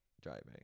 Driving